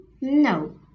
No